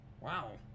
Wow